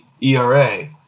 ERA